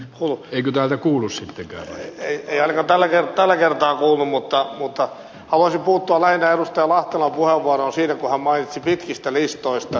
huhu ei käydä kuulus ja heitti olkapäälle ja tällä kertaa hullu mutta mutta haluaisi puuttua laine edustavat lahtelan puheenvuoroon siinä kun hän mainitsi pitkistä listoista